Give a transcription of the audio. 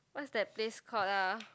what's that place called ah